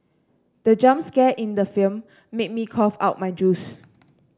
the jump scare in the film made me cough out my juice